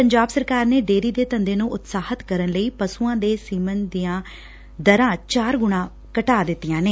ਪੰਜਾਬ ਸਰਕਾਰ ਨੇ ਡੇਅਰੀ ਦੇ ਧੰਦੇ ਨੂੰ ਉਤਸ਼ਾਹਿਤ ਕਰਨ ਲਈ ਪਸੂਆਂ ਦੇ ਸੀਮਨ ਦੀਆਂ ਦਰਾਂ ਚਾਰ ਗੁਣਾ ਘਟਾ ਦਿੱਤੀਆਂ ਨੇ